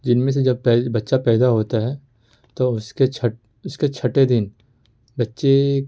جن میں سے جب بچہ پیدا ہوتا ہے تو اس کے اس کے چھٹے دن بچے